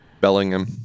Bellingham